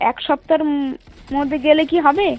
এক সপ্তাহের মধ্যে গেলে কি হবে